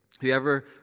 whoever